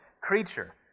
creature